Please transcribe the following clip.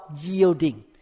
yielding